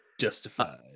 Justified